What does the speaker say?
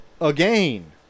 again